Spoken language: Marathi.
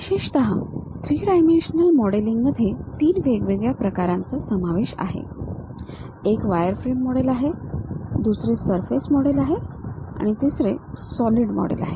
विशेषतः 3 डायमेन्शनल मॉडेलिंगमध्ये तीन वेगवेगळ्या प्रकारांचा समावेश आहे एक वायरफ्रेम मॉडेल आहे दुसरा सरफेस मॉडेल आहे तिसरा सॉलिड मॉडेल आहे